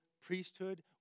priesthood